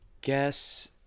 guess